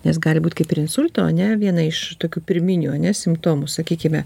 nes gali būt kaip ir insulto ane viena iš tokių pirminių simptomų sakykime